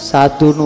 Satu